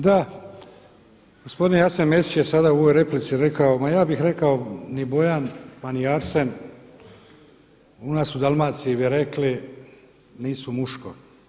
Da, gospodin Jasen Mesić je sada u ovoj replici rekao, ma ja bih rekao ni Bojan a ni Arsen, u nas u Dalmaciji bi rekli nisu muško.